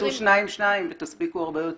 תעשו שניים-שניים ותספיקו הרבה יותר.